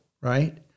right